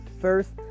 first